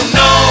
no